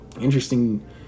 interesting